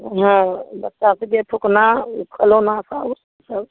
हँ बच्चा सबके फूकना खिलौना सब सब